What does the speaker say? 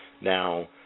Now